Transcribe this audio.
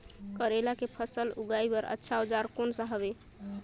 करेला के फसल उगाई बार अच्छा औजार कोन सा हवे?